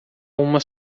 uma